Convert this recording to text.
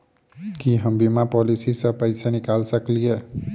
की हम बीमा पॉलिसी सऽ पैसा निकाल सकलिये?